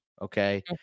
okay